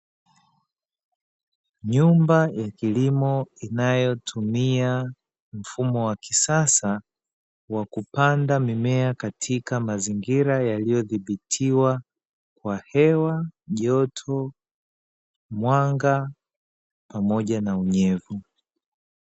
Nyumba ya kilimo inayotumia mfumo wa kisasa wa kupanda mimea, katika mazingira yaliyozibitiwa kwa hewa joto mwanga pamoja na unyevu.